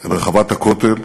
אל רחבת הכותל,